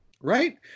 Right